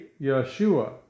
Yeshua